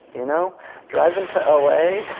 you know driving to l a,